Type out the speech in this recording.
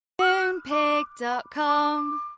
Moonpig.com